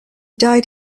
died